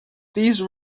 these